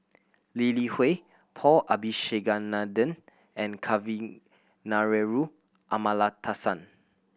Lee Li Hui Paul Abisheganaden and Kavignareru Amallathasan